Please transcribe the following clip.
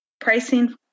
pricing